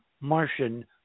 Martian